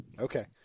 Okay